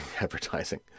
advertising